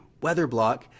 WeatherBlock